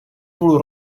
půl